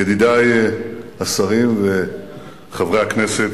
ידידי השרים וחברי הכנסת,